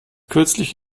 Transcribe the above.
kürzlich